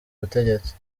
butegetsi